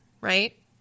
right